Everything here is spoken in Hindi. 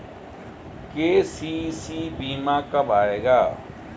के.सी.सी बीमा कब आएगा?